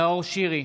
נאור שירי,